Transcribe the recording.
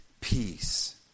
peace